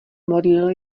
modlil